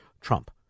Trump